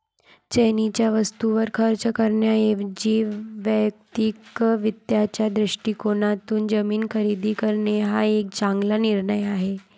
चैनीच्या वस्तूंवर खर्च करण्याऐवजी वैयक्तिक वित्ताच्या दृष्टिकोनातून जमीन खरेदी करणे हा एक चांगला निर्णय आहे